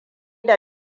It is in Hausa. da